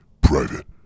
private